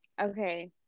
Okay